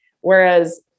Whereas